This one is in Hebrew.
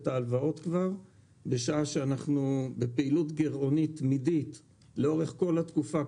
ההלוואות בשעה שאנחנו בפעילות גירעונית תמידית לאורך כל התקופה,